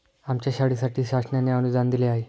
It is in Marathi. आमच्या शाळेसाठी शासनाने अनुदान दिले आहे